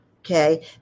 Okay